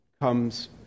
comes